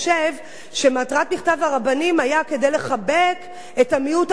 הרבנים היתה לחבק את המיעוט הערבי שחי בקרבנו,